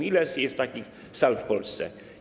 Ile jest takich sal w Polsce?